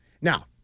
Now